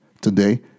Today